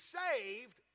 saved